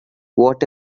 what